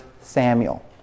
Samuel